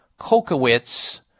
Kokowitz